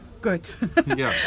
good